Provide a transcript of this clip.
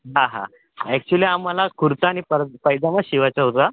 हां हां ॲक्च्युली आम्हाला कुर्ता आणि पर्ज पायजमा शिवायचा होता